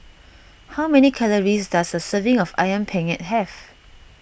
how many calories does a serving of Ayam Penyet have